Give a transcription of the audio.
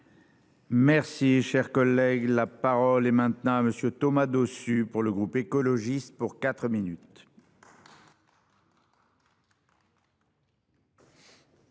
Merci, cher collègue, la parole est maintenant à monsieur Thomas Dossus pour le groupe écologiste pour 4 minutes.